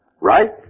Right